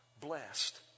blessed